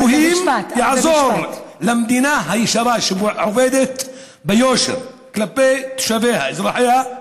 אלוהים יעזור למדינה הישרה שעובדת ביושר כלפי תושביה ואזרחיה,